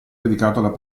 dedicato